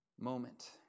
moment